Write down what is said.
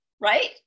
Right